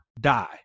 die